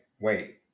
wait